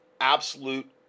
absolute